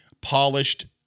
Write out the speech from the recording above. polished